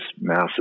massive